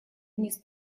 вниз